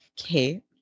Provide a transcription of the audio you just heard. Okay